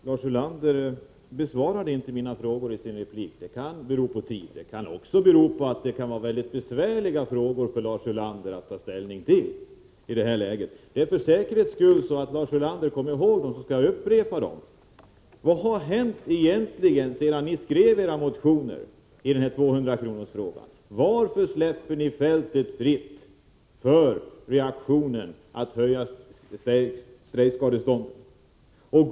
Herr talman! Lars Ulander besvarade inte mina frågor i sin replik. Det kan bero på tidsbrist, men det kan också bero på att det är mycket besvärliga frågor för Lars Ulander att ta ställning till i det här läget. För att Lars Ulander skall komma ihåg dem skall jag för säkerhets skull upprepa dem: Vad har egentligen hänt sedan ni skrev era motioner i 200-kronorsfrågan? Varför släpper ni fältet fritt för reaktionen att höja strejkskadeståndet?